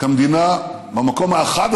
כמה טוב פה.